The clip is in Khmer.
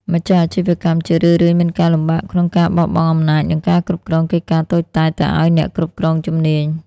ម្ចាស់អាជីវកម្មជារឿយៗមានការលំបាកក្នុងការបោះបង់អំណាច និងការគ្រប់គ្រងកិច្ចការតូចតាច ទៅឱ្យអ្នកគ្រប់គ្រងជំនាញ។